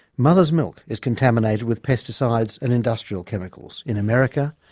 mother's milk is contaminated with pesticides and industrial chemicals in america,